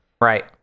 Right